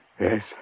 Yes